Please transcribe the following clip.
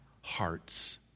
hearts